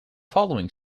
following